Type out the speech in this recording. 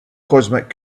cosmic